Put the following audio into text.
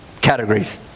categories